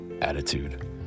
Attitude